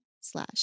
slash